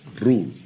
rule